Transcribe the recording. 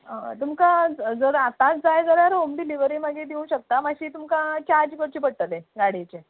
तुमकां जर आतांच जाय जाल्यर होम डिलिव्हरी मागीर दिवंक शकता मातशी तुमकां चार्ज भरचे पडटले गाडयेचे